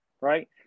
right